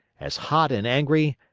as hot and angry,